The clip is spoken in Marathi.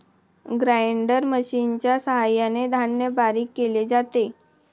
ग्राइंडर मशिनच्या सहाय्याने धान्य बारीक केले जाते